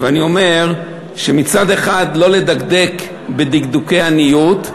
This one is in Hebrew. ואני אומר שמצד אחד לא לדקדק בדקדוקי עניות,